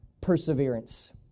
perseverance